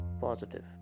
positive